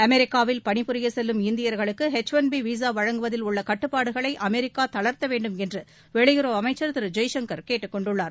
அமெரிக்காவில் பணிபுரிய செல்லும் இந்தியர்களுக்கு எச் ஒன் பி விசா வழங்குவதில் உள்ள கட்டுப்பாடுகளை அமெரிக்கா தளா்த்த வேண்டும் என்று வெளியுறவு அமைச்சா் திரு ஜெய்சங்கா் கேட்டுக்கொண்டுள்ளார்